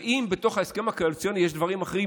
ואם בתוך ההסכם הקואליציוני יש דברים אחרים,